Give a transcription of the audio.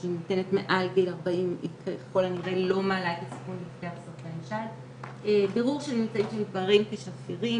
אני הייתי חושב שצריך להתחיל לדבר על זה כבר בגיל תיכון,